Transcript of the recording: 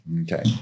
okay